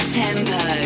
tempo